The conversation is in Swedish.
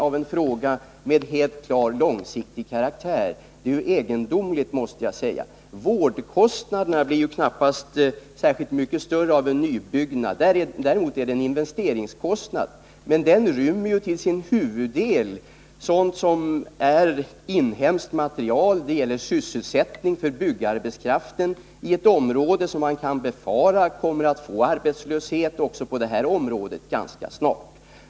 Jag måste säga att detta är egendomligt. Vårdkostnaderna blir knappast särskilt mycket högre vid nybyggnad. Däremot uppstår en investeringskostnad, men denna avser huvudsakligen inhemsk arbetskraft och inhemskt material — det gäller sysselsättning för byggarbetskraften i ett område som man kan befara ganska snart kommer att få arbetslöshet också på det här området.